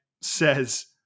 says